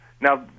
now